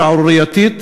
שערורייתית,